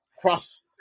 cross